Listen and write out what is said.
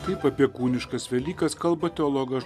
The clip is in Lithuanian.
taip apie kūniškas velykas kalba teologas